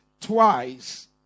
twice